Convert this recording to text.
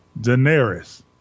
Daenerys